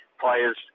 players